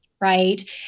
right